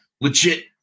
legit